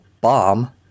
Bomb